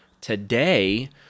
today